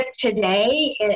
Today